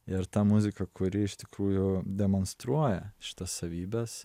ir ta muzika kuri iš tikrųjų demonstruoja šitas savybes